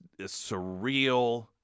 surreal